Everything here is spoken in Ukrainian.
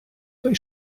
той